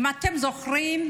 אם אתם זוכרים,